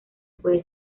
puede